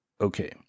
okay